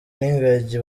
n’ingagi